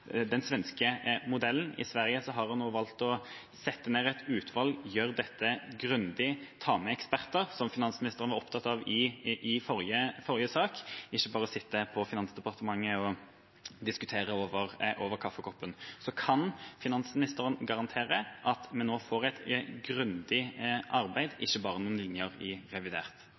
svenske modellen. I Sverige har en nå valgt å sette ned et utvalg, gjøre dette grundig, ta med eksperter, som finansministeren var opptatt av i forrige sak, ikke bare sitte i Finansdepartementet og diskutere over kaffekoppen. Kan finansministeren garantere at vi nå får et grundig arbeid, ikke bare noen linjer i revidert?